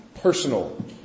personal